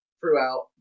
throughout